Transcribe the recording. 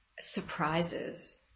Surprises